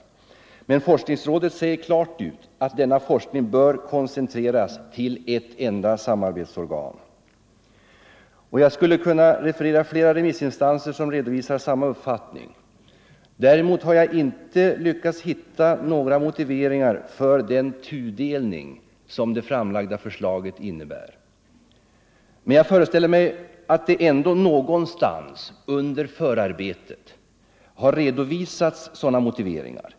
Men forskningsrådet säger klart ut att denna forskning bör koncentreras till ett enda samarbetsorgan. Jag skulle kunna referera flera remissinstanser som redovisar samma uppfattning. Däremot har jag inte lyckats hitta några motiveringar för den tudelning som det framlagda förslaget innebär. Men jag föreställer mig att det ändå någonstans under förarbetet måste ha redovisats sådana motiveringar.